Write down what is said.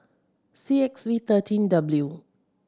C X V thirteen W